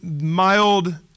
mild